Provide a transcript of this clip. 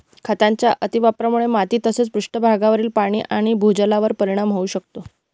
खतांच्या अतिवापरामुळे माती तसेच पृष्ठभागावरील पाणी आणि भूजलावर परिणाम होऊ शकतो